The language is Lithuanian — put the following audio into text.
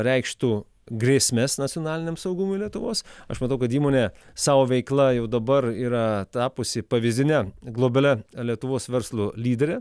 reikštų grėsmes nacionaliniam saugumui lietuvos aš matau kad įmonė savo veikla jau dabar yra tapusi pavyzdine globalia lietuvos verslo lydere